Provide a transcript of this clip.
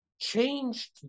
changed